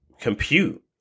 compute